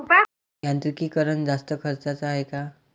यांत्रिकीकरण जास्त खर्चाचं हाये का?